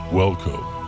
welcome